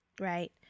Right